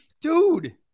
Dude